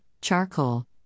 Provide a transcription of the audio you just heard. charcoal